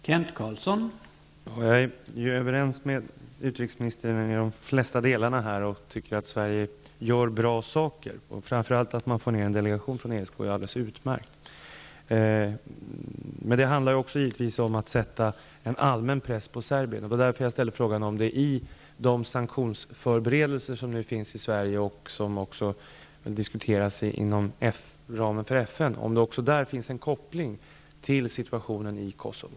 Herr talman! Jag är överens med utrikesministern i de flesta delarna här och tycker att Sverige gör bra saker. Framför allt att man får ner en delegation från ESK är alldeles utmärkt. Men det handlar givetvis också om att sätta en allmän press på Serbien. Det var därför jag ställde frågan om det i de sanktionsförberedelser som nu görs i Sverige och som också diskuteras inom ramen för FN finns en koppling till situationen i Kosovo.